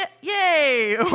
yay